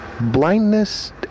Blindness